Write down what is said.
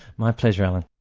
my pleasure, alan